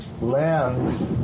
lands